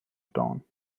tone